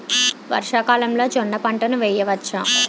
వర్షాకాలంలో జోన్న పంటను వేయవచ్చా?